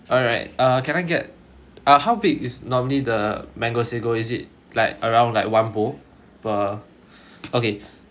alright uh can I get uh how big is normally the mango sago is it like around like one bowl per okay